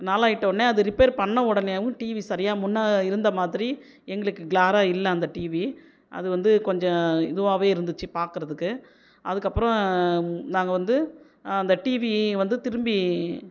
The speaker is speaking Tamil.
நாள் ஆகிட்டவுன்னே அது ரிப்பேர் பண்ண உடனேயும் டிவி சரியாக முன்னே இருந்த மாதிரி எங்களுக்கு கிளாராக இல்லை அந்த டிவி அது வந்து கொஞ்சோம் இதுவாகவே இருந்திச்சு பார்க்குறதுக்கு அதுக்கு அப்புறம் நாங்கள் வந்து அந்த டிவி வந்து திரும்பி